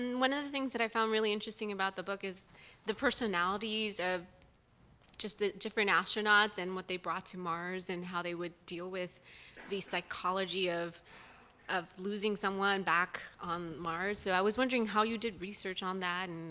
and one of the things that i found really interesting about the book is the personalities of just the different astronauts and what they brought to mars and how they would deal with the psychology of of losing someone back on mars. so i was wondering how you did research on that and